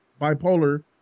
bipolar